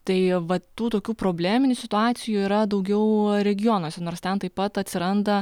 tai vat tų tokių probleminių situacijų yra daugiau regionuose nors ten taip pat atsiranda